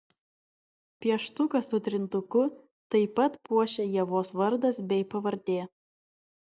pieštuką su trintuku taip pat puošia ievos vardas bei pavardė